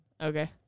Okay